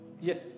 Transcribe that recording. Yes